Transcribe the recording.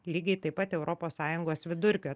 lygiai taip pat europos sąjungos vidurkio